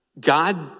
God